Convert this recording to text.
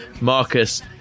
Marcus